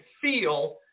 feel